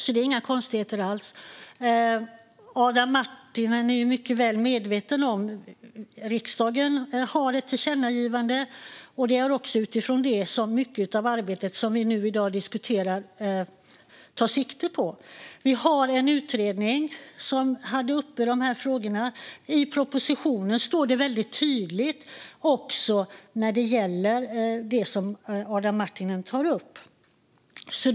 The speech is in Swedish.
Det är inga konstigheter alls. Adam Marttinen är mycket väl medveten om att riksdagen har ett tillkännagivande, och det är det som mycket av det arbete som vi i dag diskuterar tar sikte på. En utredning tog upp de här frågorna, och i propositionen står det också väldigt tydligt om det som Adam Marttinen tar upp.